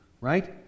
right